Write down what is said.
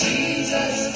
Jesus